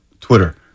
Twitter